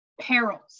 perils